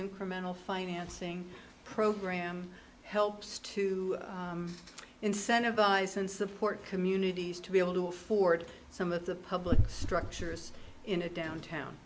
incremental financing program helps to incentivize and support communities to be able to afford some of the public structures in a downtown